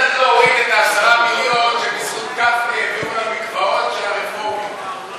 צריך להוריד את ה-10 מיליון שבזכות גפני העבירו למקוואות של הרפורמים,